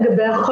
תודה לך.